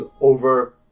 over